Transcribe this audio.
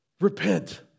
repent